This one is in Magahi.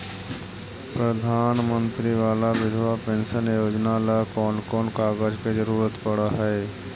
प्रधानमंत्री बाला बिधवा पेंसन योजना ल कोन कोन कागज के जरुरत पड़ है?